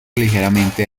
ligeramente